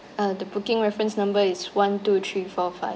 uh the booking reference number is one two three four five